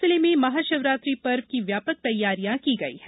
खंडवा जिले में महाशिवरात्रि पर्व की व्यापक तैयारियां की गई है